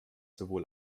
sowohl